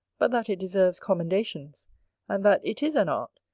but that it deserves commendations and that it is an art,